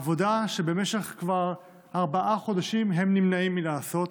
עבודה שכבר במשך ארבעה חודשים הם נמנעים מלעשות,